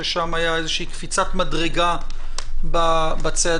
ששם הייתה קפיצת מדרגה בצעדים,